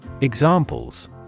Examples